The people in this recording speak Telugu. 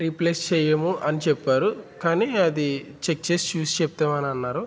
రీప్లేస్ చేయము అని చెప్పారు కానీ అది చెక్ చేసి చూసి చెప్తాము అని అన్నారు